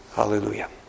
Hallelujah